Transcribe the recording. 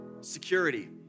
Security